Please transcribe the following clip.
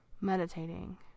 meditating